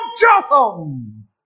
Jotham